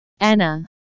Anna